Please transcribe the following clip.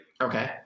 okay